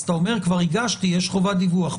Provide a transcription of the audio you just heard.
אז אתה אומר: הגשתי יש חובת דיווח.